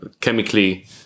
chemically